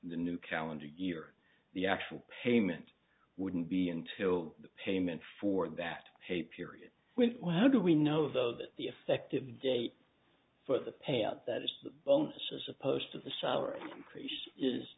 the new calendar year the actual payment wouldn't be until the payment for that pay period went wow do we know though that the effective date for the payout that is the bonus as opposed to the s